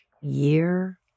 year